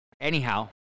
Anyhow